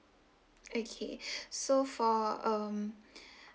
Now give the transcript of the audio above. okay so for um